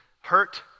hurt